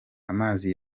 amazi